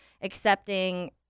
accepting